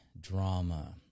drama